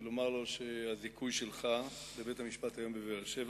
ולומר לו, הזיכוי שלך בבית-המשפט היום בבאר-שבע